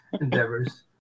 endeavors